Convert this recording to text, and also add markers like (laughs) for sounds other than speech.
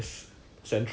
(laughs)